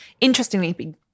interestingly